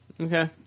Okay